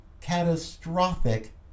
catastrophic